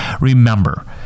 remember